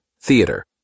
theater